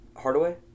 Hardaway